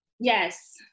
Yes